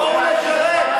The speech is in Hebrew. בואו לשרת.